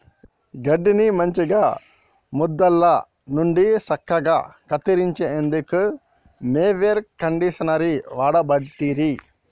గడ్డిని మంచిగ మొదళ్ళ నుండి సక్కగా కత్తిరించేందుకు మొవెర్ కండీషనర్ని వాడబట్టిరి